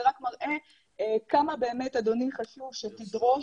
זה רק מראה כמה באמת חשוב שתדרוש,